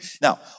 Now